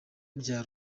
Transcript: bya